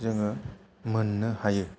जोङो मोन्नो हायो